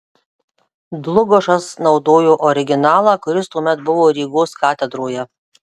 dlugošas naudojo originalą kuris tuomet buvo rygos katedroje